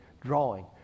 drawing